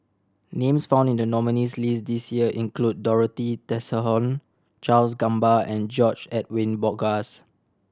names found in the nominees' list this year include Dorothy Tessensohn Charles Gamba and George Edwin Bogaars